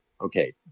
okay